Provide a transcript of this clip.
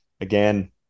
again